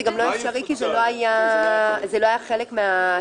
אפשרי כי זה לא היה חלק מההצעה.